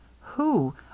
Who